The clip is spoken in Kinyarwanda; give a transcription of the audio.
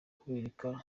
kubereka